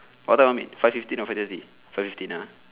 what time we meet five fifteen or five thirty five fifteen ah